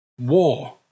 war